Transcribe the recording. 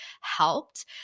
helped